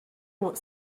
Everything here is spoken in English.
would